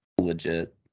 legit